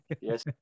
Yes